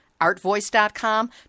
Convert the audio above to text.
Artvoice.com